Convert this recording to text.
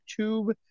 YouTube